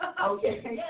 Okay